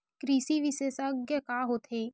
कृषि विशेषज्ञ का होथे?